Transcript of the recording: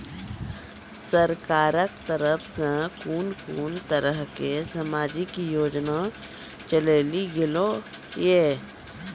सरकारक तरफ सॅ कून कून तरहक समाजिक योजना चलेली गेलै ये?